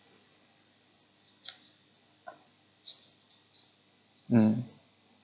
mm